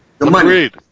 Agreed